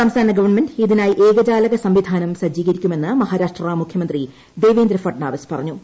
സംസ്ഥാന ഗവൺമെന്റ് ഇതിനായി ഏകജാലക സംവിധാനം സജ്ജീകരിക്കുമെന്ന് മഹാരാഷ്ട്ര മുഖ്യമന്ത്രി ദേവേന്ദ്ര ഫട്നാവിസ് പറഞ്ഞു